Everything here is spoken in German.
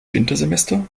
wintersemester